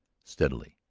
steadily,